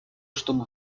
чтобы